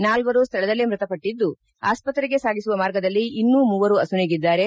ನಾಲ್ವರು ಸ್ಥಳದಲ್ಲೇ ಮೃತಪಟ್ಟಿದ್ದು ಆಸ್ಪತ್ರೆಗೆ ಸಾಗಿಸುವ ಮಾರ್ಗದಲ್ಲಿ ಇನ್ನೂ ಮೂವರು ಅಸುನೀಗಿದ್ದಾರೆ